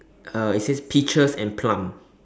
uh it says peaches and plum